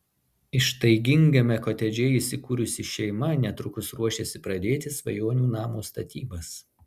ištaigingame kotedže įsikūrusi šeima netrukus ruošiasi pradėti svajonių namo statybas